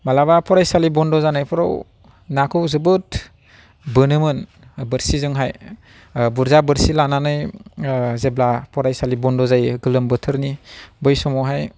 माब्लाबा फरायसालि बन्द' जानायफोराव नाखौ जोबोद बोनोमोन बोरसिजोंहाय बुरजा बोरसि लानानै जेब्ला फरायसालि बन्द' जायो गोलोम बोथोरनि बै समावहाय